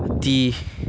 थि